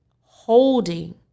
holding